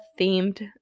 themed